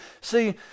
see